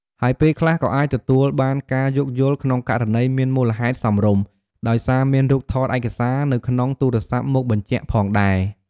ហើយពេលខ្លះក៏អាចទទួលបានការយោគយល់ ក្នុងករណីមានមូលហេតុសមរម្យ ដោយសារមានរូបថតឯកសារនៅក្នុងទូរស័ព្ទមកបញ្ជាក់ផងដែរ។